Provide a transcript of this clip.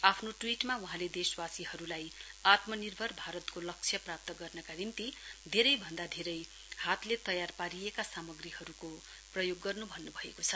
आफ्नो ट्वीटमा वहाँले देशवासीहरूलाई आत्मनिर्भर भारतको लक्ष्य प्रापब्त गर्नका निम्ति धेरै भन्दा धेरै हातले तयार पारिएका सामग्रीहरूको प्रयोग गर्न् भन्न्भएको छ